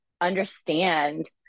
understand